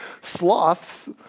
sloths